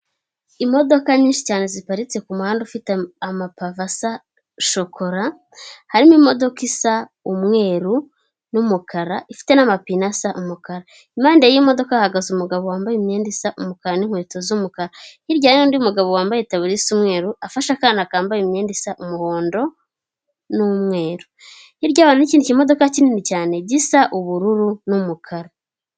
Imodoka nyinshi cyane ziparitse kumuhanda ufite amapave asa shokora harimo imodoka isa umweru n'umukara ifite n'amapine asa umukara. Impande y'imodoka hahagaze umugabo wambaye imyenda isa umukara n'inkweto z'umukara. Hirya hariyo undi mugabo wambaye itaburiya y'umweru afashe akana kambaye imyenda isa umuhondo n'umweru, hirya y'abo hari n'ikindi kimodoka kinini cyane gisa ubururu n'umukara.